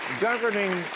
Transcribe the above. Governing